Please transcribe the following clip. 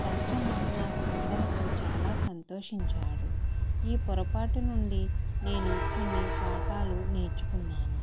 customer నా స్పందనతో చాలా సంతోషించాడు ఈ పొరపాటు నుండి నేను కొన్ని పాఠాలు నేర్చుకున్నాను